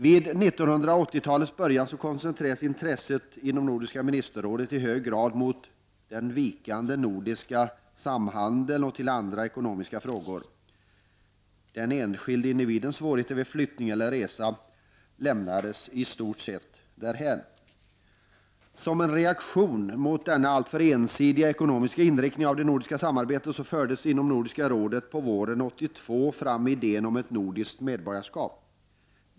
Vid 1980-talets början koncentrerades intresset inom Nordiska ministerrådet i hög grad på den vikande nordiska samhandeln och andra ekonomiska frågor. Den enskilde individens svårigheter vid flyttning eller resa lämnades i stort sett därhän. Som en reaktion mot denna alltför ensidiga ekonomiska inriktning av det nordiska samarbetet fördes inom Nordiska rådet våren 1982 fram idén om ett nordiskt medborgarskap.